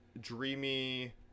dreamy